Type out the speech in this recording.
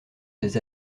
des